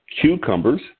Cucumbers